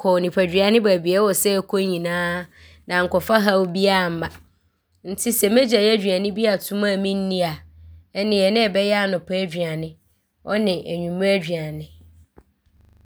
nnipadua ne baabiaa ɔwɔ sɛ ɔkɔ nyinaa ne ankɔfa haw biaa amma nti sɛ mɛgyae aduane bi aatom a menni a nneɛ ne ɔbɛyɛ anɔpa aduane ɔne anwummerɛ aduane.